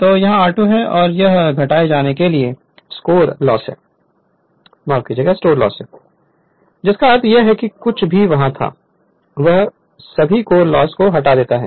तो यहr2 ' है और यह घटाए जाने के लिए स्कोर लॉस है जिसका अर्थ है कि जो कुछ भी वहाँ था वह सभी कोर लॉस को हटा देता है